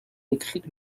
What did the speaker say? écrire